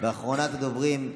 ואחרונת הדוברים,